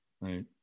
right